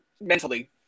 mentally